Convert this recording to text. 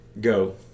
go